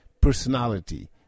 personality